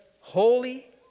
holy